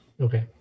Okay